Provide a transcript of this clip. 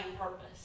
purpose